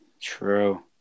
True